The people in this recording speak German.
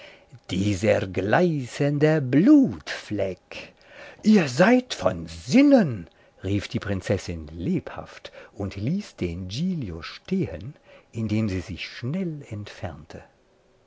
dieser gleißende blutfleck ihr seid von sinnen rief die prinzessin lebhaft und ließ den giglio stehen indem sie sich schnell entfernte